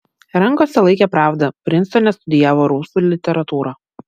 rankose laikė pravdą prinstone studijavo rusų literatūrą